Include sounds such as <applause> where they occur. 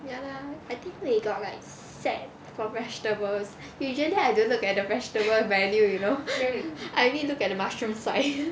ya lah I think they got like set for vegetables usually I don't look at the vegetable menu you know I only look at the mushroom side <laughs>